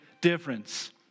difference